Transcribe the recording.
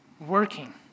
Working